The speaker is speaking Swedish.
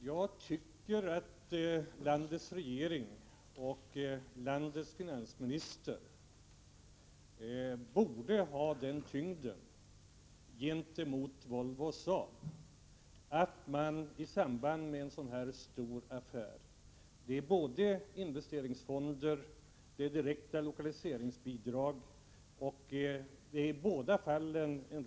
”Staten drar in pengar från kommunerna för att minska det statliga budgetunderskottet. Kommunerna måste då få möjlighet att möta dessa inkomstminskningar så att de inte slår alltför hårt mot verksamheten. —-—-- Statliga regler som hindrar förnyelse och omprövning måste bort.” Denna uppfattning framförs av Helsingforss finansborgarråd John-Olle Persson, som bl.a. vill införa bilavgifter och avgifter på kommersiella lokaler.